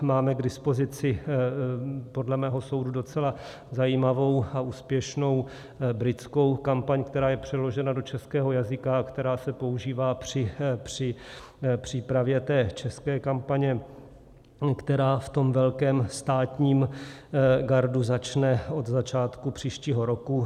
Máme k dispozici podle mého soudu docela zajímavou a úspěšnou britskou kampaň, která je přeložena do českého jazyka a která se používá při přípravě té české kampaně, která v tom velkém státním gardu začne od začátku příštího roku.